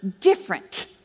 different